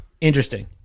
interesting